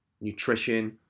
nutrition